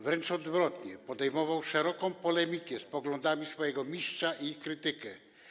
Wręcz odwrotnie, podejmował on szeroką polemikę z poglądami swojego mistrza i ich krytykę.